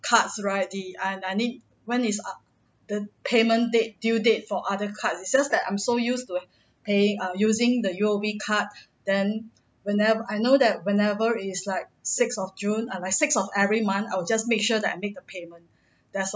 cards right the and I need when is up the payment date due date for other cards it's just that I'm so used to paying err using the U_O_B card then whenever I know that whenever is like six of june err like six of every month I would just make sure that I would make the payment that's all